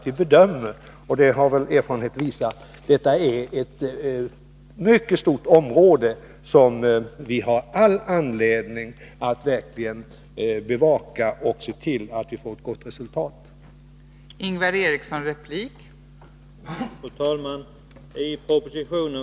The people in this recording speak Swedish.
Vi bedömer — och det har väl erfarenheten visat — att detta är ett mycket stort område som vi har all anledning att bevaka, och vi måste se till att vi får ett gott resultat av verksamheten.